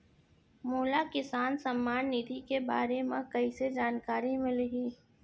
मोला किसान सम्मान निधि के बारे म कइसे जानकारी मिलही?